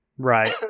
Right